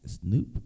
Snoop